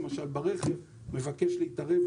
כשנוסע ברכב מבקש להתערב,